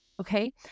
Okay